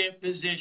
position